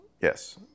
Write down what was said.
Yes